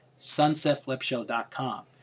SunsetFlipshow.com